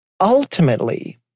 ultimately